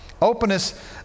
Openness